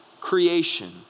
creation